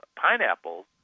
pineapples